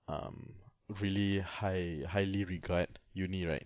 um really high highly regard uni right